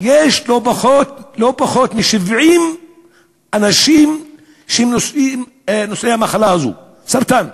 יש לא פחות מ-70 אנשים נושאי המחלה הזאת, סרטן.